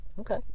okay